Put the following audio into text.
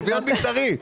שוויון מגדרי.